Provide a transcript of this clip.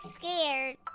scared